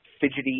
fidgety